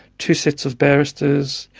two sets of barristers.